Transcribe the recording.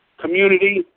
community